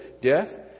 death